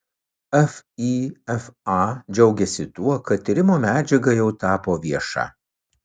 fifa džiaugiasi tuo kad tyrimo medžiaga jau tapo vieša